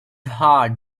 hard